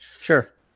Sure